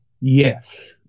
yes